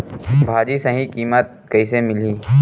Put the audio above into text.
भाजी सही कीमत कइसे मिलही?